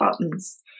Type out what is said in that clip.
buttons